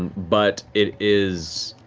but it is,